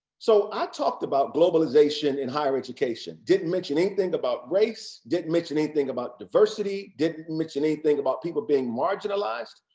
so i talked about globalization in higher education. didn't mention anything about race, didn't mention anything about diversity, didn't mention anything about people being marginalized.